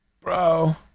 Bro